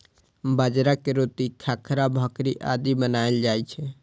बाजरा के रोटी, खाखरा, भाकरी आदि बनाएल जाइ छै